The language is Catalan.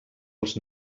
els